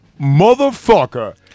motherfucker